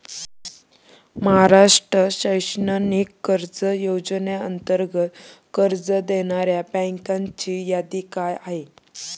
महाराष्ट्र शैक्षणिक कर्ज योजनेअंतर्गत कर्ज देणाऱ्या बँकांची यादी काय आहे?